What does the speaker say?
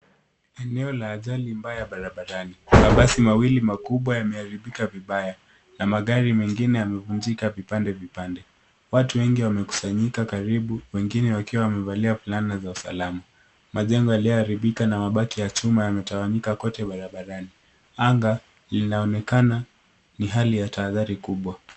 Eneo la ajali mbaya barabarani. Mabasi mawili makubwa yameharibika vibaya na magari mengine yamevunjika vipande vipande. Watu wengi wamekusanyika karibu, wengine wakiwa wamevalia fulana za usalama. Majengo yaliyoharibika na mabaki ya chuma yametawanyika kote barabarani. Anga linaonekana ni hali ya tahadhari kubwa.